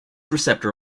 receptor